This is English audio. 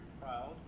proud